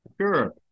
Sure